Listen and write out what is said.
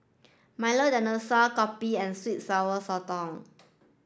Milo Dinosaur Kopi and sweet and sour sotong